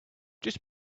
just